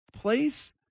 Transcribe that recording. place